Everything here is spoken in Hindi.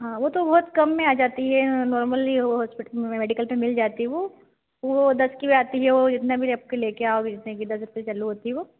वह तो बहुत कम में आ जाती है नॉर्मल्ली वह हॉस्पिटल में मेडिकल पर मिल जाती है वह वह दस की भी आती है ओ जितना भी आपके ले कर आओगे जितने की दस रुपये से चालू होती है वह